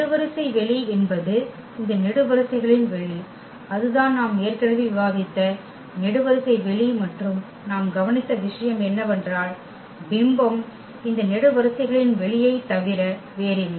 நெடுவரிசை வெளி என்பது இந்த நெடுவரிசைகளின் வெளி அதுதான் நாம் ஏற்கனவே விவாதித்த நெடுவரிசை வெளி மற்றும் நாம் கவனித்த விஷயம் என்னவென்றால் பிம்பம் இந்த நெடுவரிசைகளின் வெளியைத் தவிர வேறில்லை